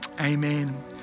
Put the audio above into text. Amen